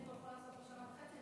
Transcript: שנה וחצי.